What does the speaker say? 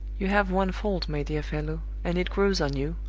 you have one fault, my dear fellow, and it grows on you,